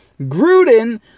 Gruden